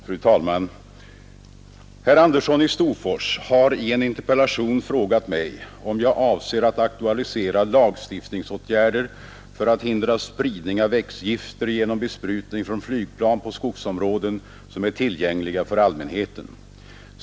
Fru talman! Herr Andersson i Storfors har i en interpellation frågat mig om jag avser att aktualisera lagstiftningsåtgärder för att hindra spridning av växtgifter genom besprutning från flygplan på skogsområden som är tillgängliga för allmänheten.